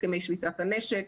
הסכמי שביתת הנשק.